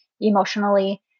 emotionally